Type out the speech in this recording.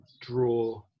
draw